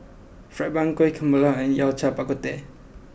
Fried Bun Kueh Kemboja and Yao Cai Bak Kut Teh